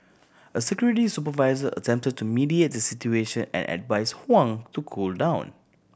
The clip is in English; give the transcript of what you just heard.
a security supervisor attempted to mediate the situation and advised Huang to cool down